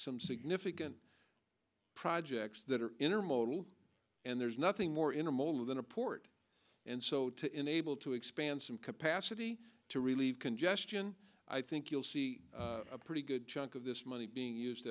some significant projects that are intermodal and there's nothing more in a mold than a port and so to enable to expand some capacity to relieve congestion i think you'll see a pretty good chunk of this money being used